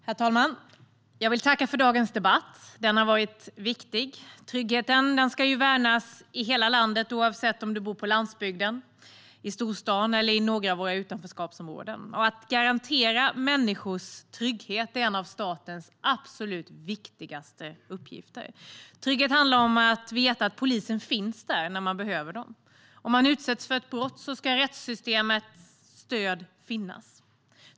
Herr talman! Jag vill tacka för dagens debatt. Den har varit viktig. Tryggheten ska värnas i hela landet oavsett om man bor på landsbygden, i storstaden eller i något av utanförskapsområdena. Att garantera människors trygghet är en av statens absolut viktigaste uppgifter. Trygghet handlar om att veta att polisen finns där när man behöver den. Om man utsätts för ett brott ska rättssystemets stöd finnas.